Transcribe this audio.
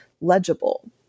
legible